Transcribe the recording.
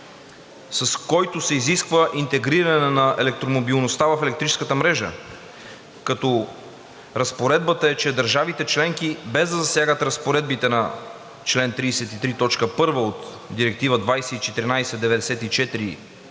с която се изисква интегриране на електромобилността в електрическата мрежа, като Разпоредбата е държавите членки, без да засягат разпоредбите на чл. 33, т. 1 от Директива 2014/94